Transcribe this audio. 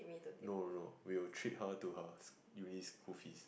no no no we will treat her to her uni school fees